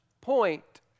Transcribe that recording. point